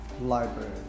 library